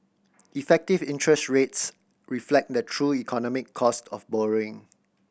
effective interest rates reflect the true economic cost of borrowing